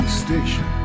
station